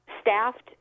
staffed